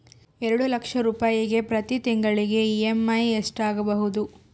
ಎರಡು ಲಕ್ಷ ರೂಪಾಯಿಗೆ ಪ್ರತಿ ತಿಂಗಳಿಗೆ ಇ.ಎಮ್.ಐ ಎಷ್ಟಾಗಬಹುದು?